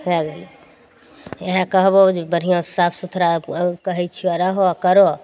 भए गेलै इएह कहबो जे बढ़िआँ से साफ सुथड़ा कहै छियो रहो करो